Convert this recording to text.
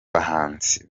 bahanzi